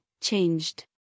changed